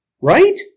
right